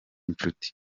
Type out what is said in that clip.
nshuti